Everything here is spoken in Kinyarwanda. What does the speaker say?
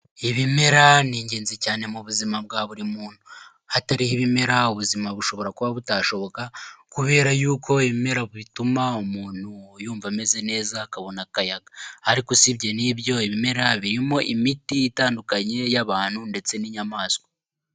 Ibimera ni ingenzi cyane mu buzima bwa buri muntu, hatariho ibimera ubuzima bushobora kuba butashoboka kubera yuko ibimera bituma umuntu yumva ameze neza akabona kayaga, ariko usibye n'ibyo ibimera birimo imiti itandukanye y'abantu ndetse n'inyamaswa.